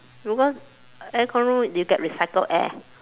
because aircon room you get recycled air